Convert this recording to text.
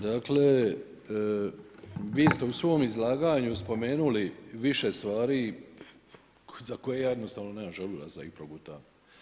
Dakle, vi ste u svom izlaganju spomenuli više stvari za koje ja jednostavno nemam želudac da ih progutam.